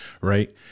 right